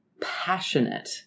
passionate